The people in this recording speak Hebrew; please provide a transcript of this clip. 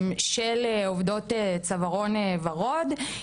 של עובדות צווארון וורוד.